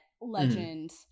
legend